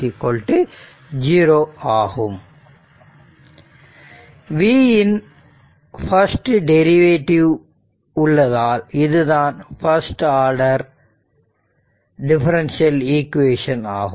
v இன் first derivative உள்ளதால் இதுதான் ஃபர்ஸ்ட் ஆர்டர் டிஃபரண்ஷியல் ஈக்வேஷன் ஆகும்